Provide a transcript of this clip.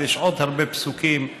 אז יש עוד הרבה פסוקים שעוסקים,